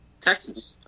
Texas